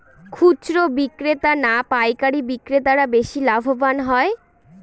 খুচরো বিক্রেতা না পাইকারী বিক্রেতারা বেশি লাভবান হয়?